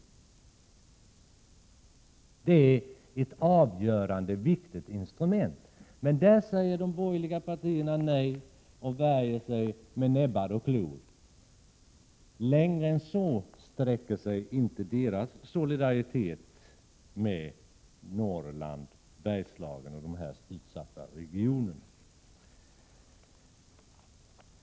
Det är ett avgörande och viktigt instrument. Men där säger de borgerliga partierna nej och värjer sig med näbbar och klor. Längre än så sträcker sig inte deras solidaritet med Norrland, Bergslagen och andra utsatta regioner.